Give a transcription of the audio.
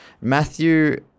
Matthew